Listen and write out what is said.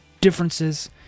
differences